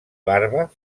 barba